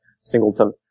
singleton